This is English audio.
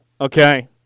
Okay